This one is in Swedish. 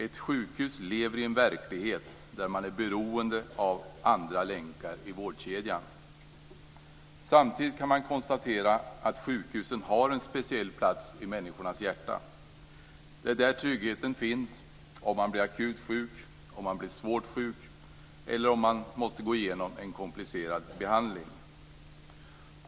Ett sjukhus lever i en verklighet där man är beroende av andra länkar i vårdkedjan. Samtidigt kan man konstatera att sjukhusen har en speciell plats i människors hjärtan. Det är där tryggheten finns om man blir akut sjuk, svårt sjuk eller om man måste gå igenom en komplicerad behandling.